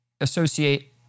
associate